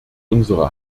unsere